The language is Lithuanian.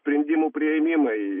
sprendimų priėmimai